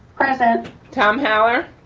present. tom holler.